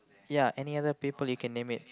ya any other people you can name it